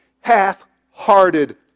half-hearted